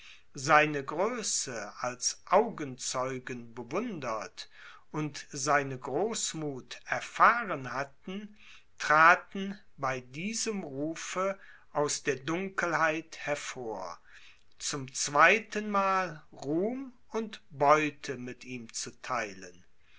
seine größe als augenzeugen bewundert und seine großmuth erfahren hatten traten bei diesem rufe aus der dunkelheit hervor zum zweitenmal ruhm und beute mit ihm zu theilen